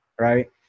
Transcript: right